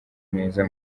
neza